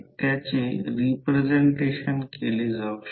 L A 17 centimetre म्हणजे 0